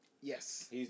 Yes